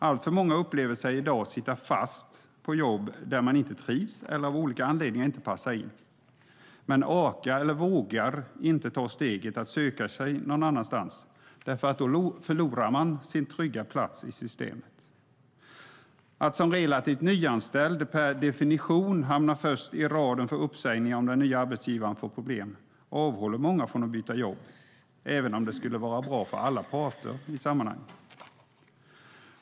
Alltför många upplever sig i dag sitta fast på jobb där de inte trivs eller av olika anledningar inte passar in, men de orkar eller vågar inte ta steget att söka sig någon annanstans därför att de då förlorar sin trygga plats i systemet. Att som relativt nyanställd per definition hamna först i raden för uppsägning om den nya arbetsgivaren får problem avhåller många från att byta jobb även om det skulle vara bra för alla parter.